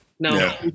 No